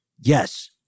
Yes